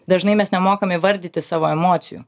dažnai mes nemokam įvardyti savo emocijų